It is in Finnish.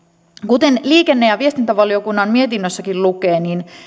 kuten liikenne ja viestintävaliokunnan mietinnössäkin lukee niin